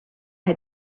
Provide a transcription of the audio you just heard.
had